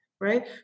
right